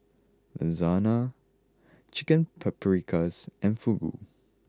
Lasagna Chicken Paprikas and Fugu